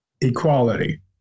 equality